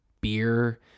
beer